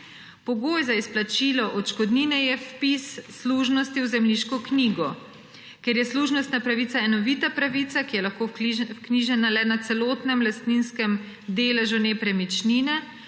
Pogoj za izplačilo odškodnine je vpis služnosti v zemljiško knjigo. Ker je služnostna pravica enovita pravica, ki je lahko vknjižena le na celotnem lastninskem deležu nepremičnine,